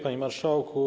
Panie Marszałku!